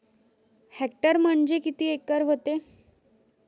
Hectare म्हणजे किती acre व्हते?